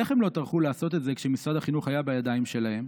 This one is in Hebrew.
איך הם לא טרחו לעשות את זה כשמשרד החינוך היה בידיים שלהם?